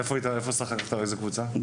באיזה קבוצה שיחקת?